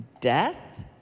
death